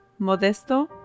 Modesto